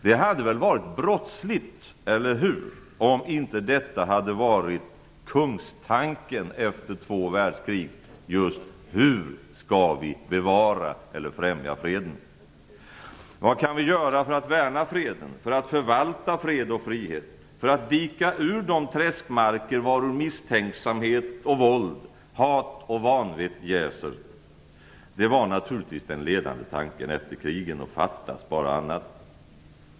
Det hade väl varit brottsligt om inte kungstanken efter två världskrig hade varit hur man skulle främja freden för att bevara den. Eller hur? Den ledande tanken efter kriget var naturligtvis vad man kunde göra för att värna freden, vad man kunde göra för att förvalta fred och frihet, för att dika ur de träskmarker i vilka misstänksamhet och våld, hat och vanvett jäser - fattas bara annat.